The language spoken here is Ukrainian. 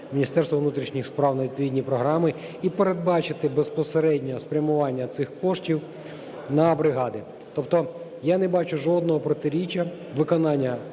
Міністерству внутрішніх справ на відповідні програми і передбачити безпосередньо спрямування цих коштів на бригади. Тобто я не бачу жодного протиріччя виконанню